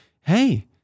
hey